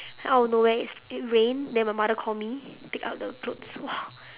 out of nowhere it it rained then my mother call me take out the clothes !wah!